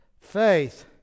faith